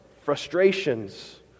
frustrations